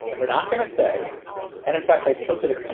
we're not going to say. and in fact, i spoke to the ah,